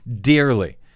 dearly